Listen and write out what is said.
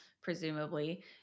presumably